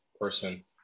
person